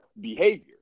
behavior